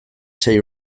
sei